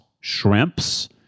shrimps